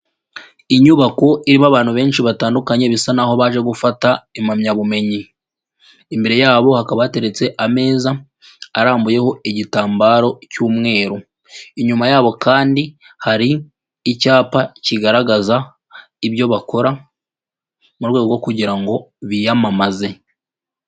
Inyubako irimo abantu benshi batandukanye bisa naho baje gufata impamyabumenyi, imbere yabo hakaba bateretse ameza arambuyeho igitambaro cy'umweru, inyuma yabo kandi hari icyapa kigaragaza ibyo bakora mu rwego rwo kugira ngo biyamamaze.